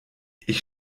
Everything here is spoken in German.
ich